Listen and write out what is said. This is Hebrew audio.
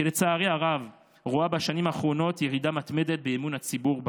שלצערי הרב רואה בשנים האחרונות ירידה מתמדת באמון הציבור בה,